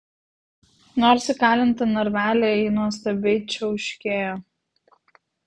nors įkalinta narvelyje ji nuostabiai čiauškėjo